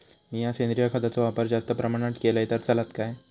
मीया सेंद्रिय खताचो वापर जास्त प्रमाणात केलय तर चलात काय?